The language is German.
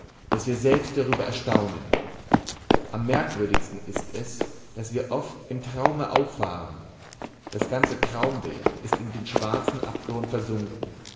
daß wir selbst darüber erstaunen am merkwürdigsten ist es daß wir oft im traume auffahren das ganze traumbild ist in den schwarzen abgrund versunken